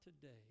today